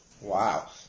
Wow